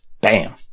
Bam